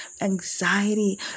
anxiety